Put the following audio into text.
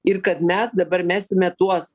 ir kad mes dabar mesime tuos